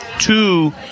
two